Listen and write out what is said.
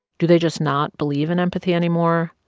do they just not believe in empathy anymore?